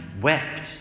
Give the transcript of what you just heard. wept